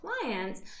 clients